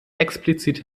explizit